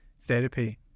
therapy